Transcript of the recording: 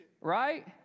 Right